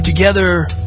Together